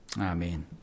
Amen